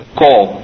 call